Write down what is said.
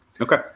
Okay